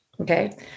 okay